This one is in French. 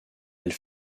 elle